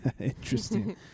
Interesting